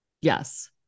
yes